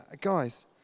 guys